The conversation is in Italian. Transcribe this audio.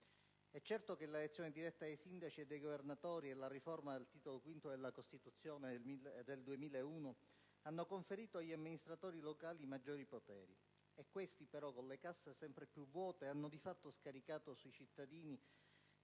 È certo che l'elezione diretta dei sindaci e dei governatori e la riforma del Titolo V della Costituzione del 2001 hanno conferito agli amministratori locali maggiori poteri, e questi però, con le casse sempre più vuote, hanno di fatto scaricato sui cittadini